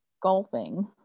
golfing